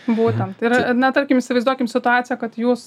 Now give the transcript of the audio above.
būtent tai yra ir na tarkim įsivaizduokim situaciją kad jūs